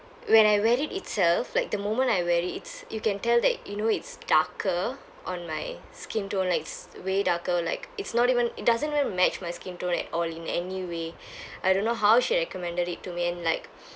when I wear it itself like the moment I wear it it's you can tell that you know it's darker on my skin tone like it's way darker like it's not even it doesn't even match my skin tone at all in any way I don't know how she recommended it to me and like